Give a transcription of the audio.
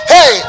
Hey